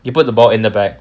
you put the ball in the bag